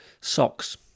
socks